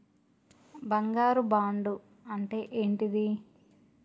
బంగారు బాండు అంటే ఏంటిది?